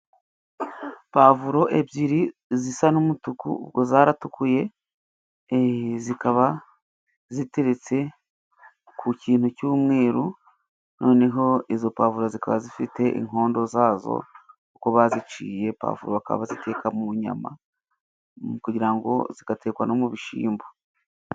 Pavuro ebyiri zisa n'umutuku ubwo zaratukuye zikaba ziteretse ku kintu cy'umweru noneho izo pavuro zikaba zifite inkondo zazo uko baziciye pavuro bakaba bazitekaga mu nyama kugirango zigatekwa no mu bishimbo.